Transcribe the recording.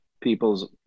people's